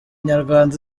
nyarwanda